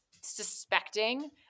suspecting